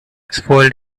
spoiled